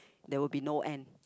there will be no end